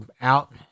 out